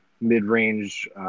mid-range